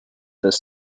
this